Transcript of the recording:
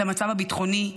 את המצב הביטחוני,